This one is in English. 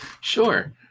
Sure